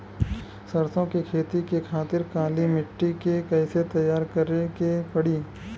सरसो के खेती के खातिर काली माटी के कैसे तैयार करे के पड़ी?